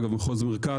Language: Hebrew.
היא במחוז מרכז,